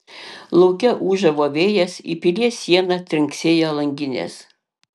lauke ūžavo vėjas į pilies sieną trinksėjo langinės